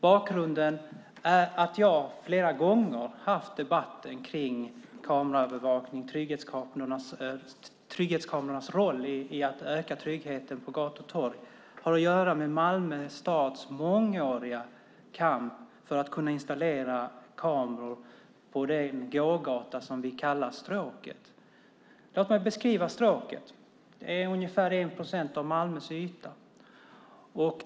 Bakgrunden till att jag flera gånger har debatterat kameraövervakning och trygghetskamerornas roll för att öka tryggheten på gator och torg är Malmö stads mångåriga kamp för att kunna installera kameror på den gågata vi kallar Stråket. Låt mig beskriva Stråket. Det utgör ungefär 1 procent av Malmös yta.